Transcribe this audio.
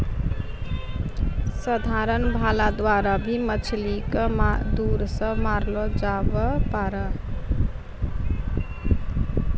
साधारण भाला द्वारा भी मछली के दूर से मारलो जावै पारै